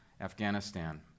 Afghanistan